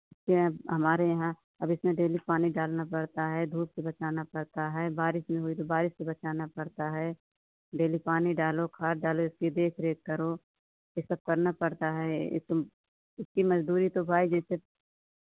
ये हैं हमारे यहाँ अब इसमें डेली पानी डालना पड़ता है धूप से बचाना पड़ता है बारिश नहीं हुई तो बारिश से बचाना पड़ता है डेली पानी डालो खाद डालो इसकी देख रेख करो ये सब करना पड़ता है इसकी म् इसकी मजदूरी तो भाई जैसे